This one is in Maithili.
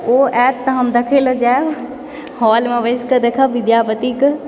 ओ आओत तऽ हम देखय लऽ जायब हॉलमऽ बसिकऽ देखब विद्यापतिक